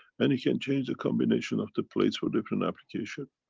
and you can change the combination of the plates for different application.